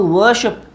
worship